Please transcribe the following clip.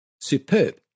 superb